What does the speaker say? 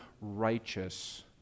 righteous